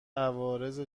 عوارض